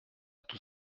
tout